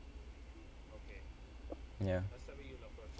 ya